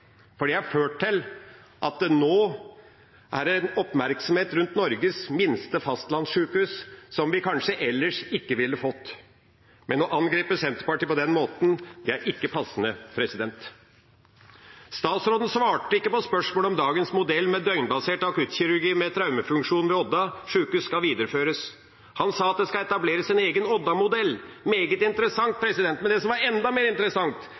for det har ført til at det nå er en oppmerksomhet rundt Norges minste fastlandssykehus som vi ellers kanskje ikke ville fått. Men å angripe Senterpartiet på den måten er ikke passende. Statsråden svarte ikke på spørsmålet om hvorvidt dagens modell med døgnbasert akuttkirurgi med traumefunksjon ved Odda sjukehus skal videreføres. Han sa at det skal etableres en egen Odda-modell. Det er meget interessant, men det som var enda mer interessant,